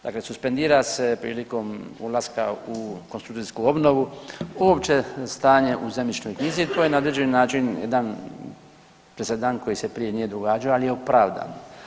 Dakle, suspendira se prilikom ulaska u konstrukcijsku obnovu, uopće stanje u zemljišnoj knjizi, koje je na određeni način jedan presedan koji se prije nije događao, ali je opravdan.